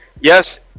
Yes